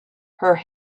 her